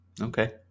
Okay